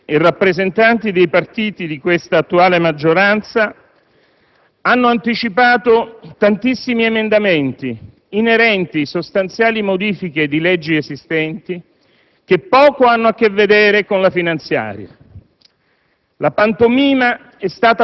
Componenti del Governo e rappresentanti dei partiti di questa attuale maggioranza hanno anticipato tantissimi emendamenti inerenti sostanziali modifiche di leggi esistenti che poco hanno a che vedere con la finanziaria.